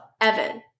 Evan